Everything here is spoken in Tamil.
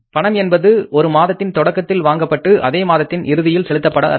பணம் என்பது ஒரு மாதத்தின் தொடக்கத்தில் வாங்கப்பட்டு அதே மாதத்தின் இறுதியில் செலுத்தபடாது